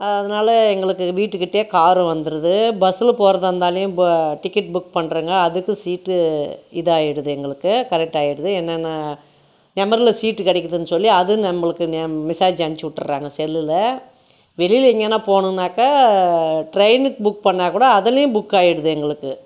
அதனால எங்களுக்கு வீட்டுக்கிட்டேயே காரும் வந்துடுது பஸ்ஸில் போகிறதா இருந்தாலுயும் இப்போ டிக்கெட் புக் பண்ணுறோங்க அதுக்கும் சீட்டு இதாகிடுது எங்களுக்கு கரெக்டாகிடுது என்னென்ன நம்பரில் சீட்டு கிடைக்கிதுன்னு சொல்லி அதுவும் நம்மளுக்கு நெ மெசேஜ் அனுப்ச்சி விட்டுறாங்க செல்லில் வெளியில் எங்கேனா போகணுன்னாக்கா ட்ரெயினுக்கு புக் பண்ணாக்கூட அதுலேயும் புக்காகிடுது எங்களுக்கு